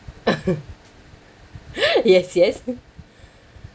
yes yes